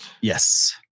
Yes